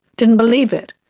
didn't believe it.